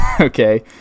okay